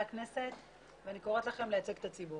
הכנסת ואני קוראת לכם לייצג את הציבור.